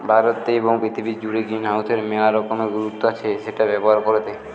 ভারতে এবং পৃথিবী জুড়ে গ্রিনহাউসের মেলা রকমের গুরুত্ব আছে সেটা ব্যবহার করেটে